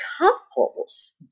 couples